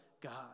God